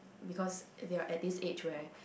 because they're at this age where